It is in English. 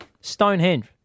Stonehenge